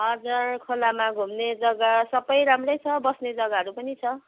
हजुर खोलामा घुम्ने जग्गा सबै राम्रै छ बस्ने जग्गाहरू पनि छ